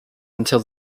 until